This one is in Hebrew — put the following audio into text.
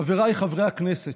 חבריי חברי הכנסת,